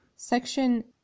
section